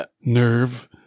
nerve